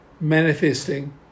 manifesting